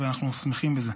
אנחנו שמחים בזה.